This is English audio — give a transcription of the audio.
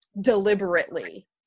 deliberately